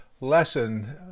lesson